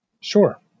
Sure